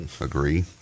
agree